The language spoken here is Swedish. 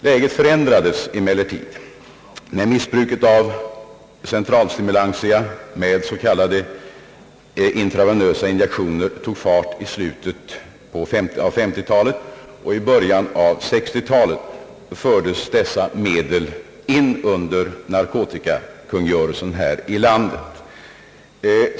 Läget förändrades emellertid. När missbruket av centralstimulantia med s.k. intravenösa injektioner tog fart i slutet av 1950-talet och i början av 1960-talet fördes dessa medel in under narkotikakungörelsen här i landet.